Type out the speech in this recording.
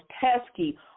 pesky